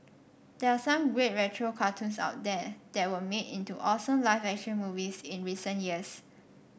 there are some great retro cartoons out there that were made into awesome live action movies in recent years